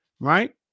Right